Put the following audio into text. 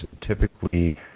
typically